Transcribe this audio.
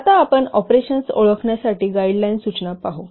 आता आपण ऑपरेशन्स ओळखण्यासाठी गाईडलाईन सूचना पाहू